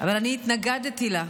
אבל אני התנגדתי לה.